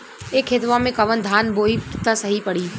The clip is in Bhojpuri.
ए खेतवा मे कवन धान बोइब त सही पड़ी?